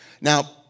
Now